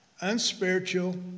unspiritual